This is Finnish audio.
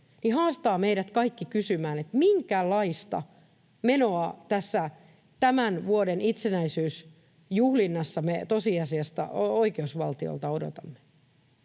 haastaa meidät kaikki kysymään, minkälaista menoa tämän vuoden itsenäisyysjuhlinnassa me tosiasiassa oikeusvaltiolta odotamme.